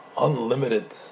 unlimited